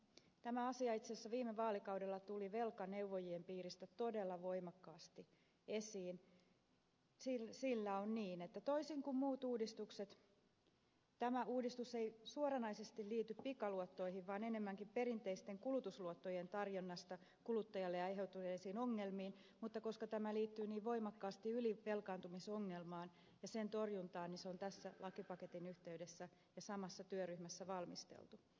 tämä asia itse asiassa viime vaalikaudella tuli velkaneuvojien piiristä todella voimakkaasti esiin sillä on niin että toisin kuin muut uudistukset tämä uudistus ei suoranaisesti liity pikaluottoihin vaan enemmänkin perinteisten kulutusluottojen tarjonnasta kuluttajalle aiheutuneisiin ongelmiin mutta koska tämä liittyy niin voimakkaasti ylivelkaantumisongelmaan ja sen torjuntaan se on tämän lakipaketin yhteydessä ja samassa työryhmässä valmisteltu